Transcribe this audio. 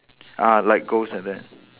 ah like ghost like that